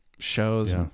Shows